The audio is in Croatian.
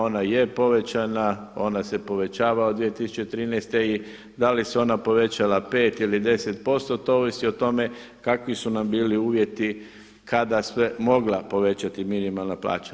Ona je povećana, ona se povećava od 2013. i da li se ona povećala 5 ili 10% to ovisi o tome kakvi su nam bili uvjeti kada se mogla povećati minimalna plaća.